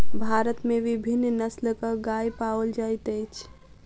भारत में विभिन्न नस्लक गाय पाओल जाइत अछि